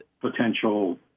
potential